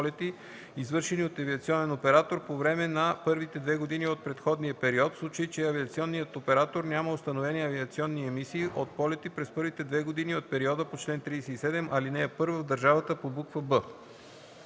извършени от авиационен оператор по време на първите две години от предходния период – в случай, че авиационният оператор няма установени авиационни емисии от полети през първите две години от периода по чл. 37, ал. 1 в държавата по буква